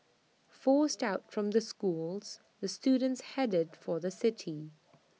forced out from the schools the students headed for the city